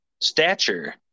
stature